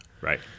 right